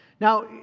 Now